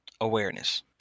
awareness